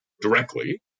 directly